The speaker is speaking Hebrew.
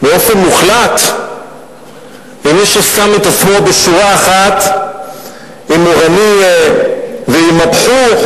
באופן מוחלט עם מי ששם את עצמו בשורה אחת עם מורנייה ועם מבחוח,